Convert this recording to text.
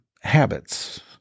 habits